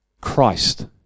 Christ